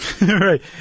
Right